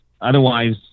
otherwise